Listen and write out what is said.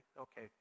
Okay